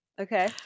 Okay